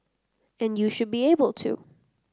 and you should be able to